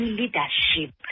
leadership